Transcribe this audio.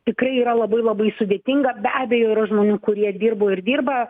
tikrai yra labai labai sudėtinga be abejo yra žmonių kurie dirbo ir dirba